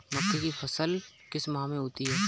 मक्के की फसल किस माह में होती है?